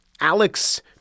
Alex